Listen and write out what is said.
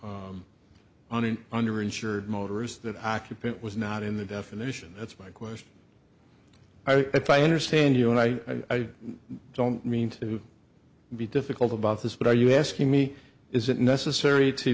or on an under insured motorists that occupant was not in the definition that's my question i thought understand you and i don't mean to be difficult about this but are you asking me is it necessary to